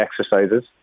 exercises